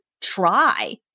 try